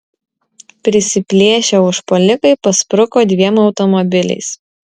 prisiplėšę užpuolikai paspruko dviem automobiliais